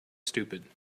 stupid